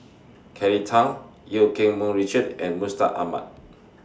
Kelly Tang EU Keng Mun Richard and Mustaq Ahmad